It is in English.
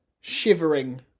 shivering